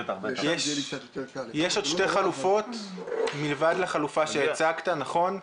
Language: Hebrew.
יש עוד שתי חלופות מלבד החלופה שהצגת, נכון?